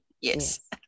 Yes